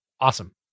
Awesome